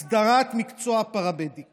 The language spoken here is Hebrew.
הסדרת מקצוע הפרמדיק